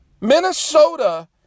Minnesota